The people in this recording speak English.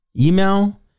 email